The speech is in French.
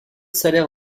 salaire